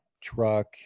truck